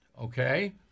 okay